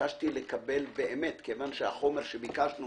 וביקשתי לקבל באמת כיוון שהחומר שביקשנו